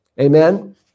Amen